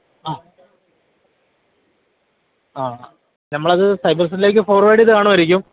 ആ ആ നമ്മൾ അത് സൈബർ സെൽലേക്ക് ഫോർവേഡ് ചെയ്ത് കാണുമായിരിക്കും